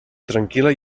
tranquil·la